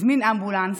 הזמין אמבולנס